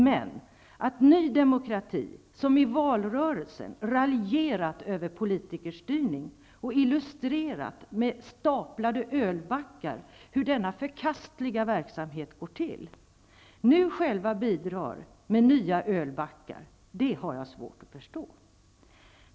Men jag har svårt att förstå att Ny demokrati, som i valrörelsen raljerade över politikerstyrning och illustrerade med staplade ölbackar hur denna förkastliga verksamhet går till, nu bidrar med nya ölbackar.